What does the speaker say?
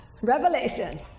Revelation